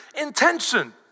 intention